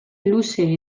luze